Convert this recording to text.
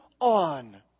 on